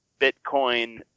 Bitcoin